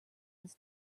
was